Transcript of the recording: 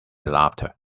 laughter